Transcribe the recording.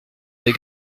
des